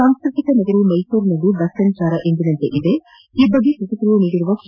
ಸಾಂಸ್ಟ್ರತಿಕ ನಗರಿ ಮೈಸೂರಿನಲ್ಲಿ ಬಸ್ ಸಂಜಾರ ಎಂದಿನಂತೆ ಸಾಗಿದೆ ಈ ಬಗ್ಗೆ ಪ್ರತಿಕ್ರಿಯೆ ನೀಡಿರುವ ಕೆ